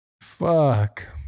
Fuck